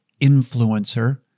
influencer